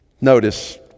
Notice